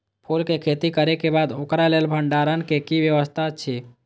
फूल के खेती करे के बाद ओकरा लेल भण्डार क कि व्यवस्था अछि?